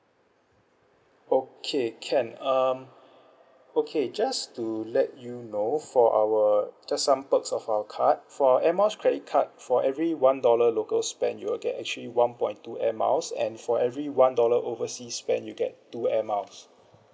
okay can um okay just to let you know for our just some perks of our card for air miles credit card for every one dollar local spend you will get actually one point two air miles and for every one dollar oversea spend you get two air miles